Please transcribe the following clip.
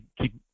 keep